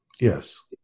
Yes